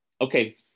Okay